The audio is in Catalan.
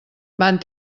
van